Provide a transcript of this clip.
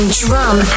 drum